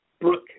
Brooke